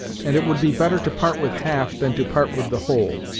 and it would be better to part with half than to part with the whole.